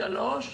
שלוש,